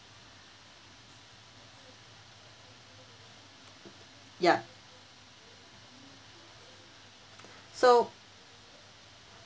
ya so